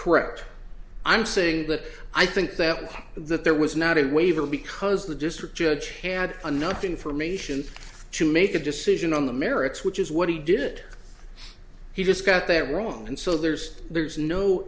correct i'm saying that i think that was that there was not a waiver because the district judge had enough information to make a decision on the merits which is what he did he just got there were wrong and so there's there's no